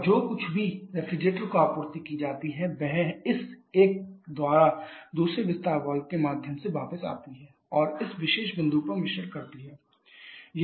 और जो कुछ भी रेफ्रिजरेटर को आपूर्ति की जाती है वह इस एक द्वारा दूसरे विस्तार वाल्व के माध्यम से वापस आती है और इस विशेष बिंदु पर मिश्रण करती है